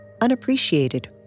unappreciated